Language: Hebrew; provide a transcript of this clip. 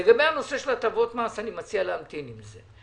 לגבי הנושא של הטבות מס, אני מציע להמתין עם זה.